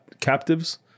Captives